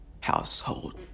household